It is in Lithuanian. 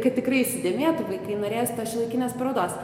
kad tikrai įsidėmėtų vaikai norėjosi tos šiuolaikinės parodos